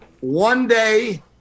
one-day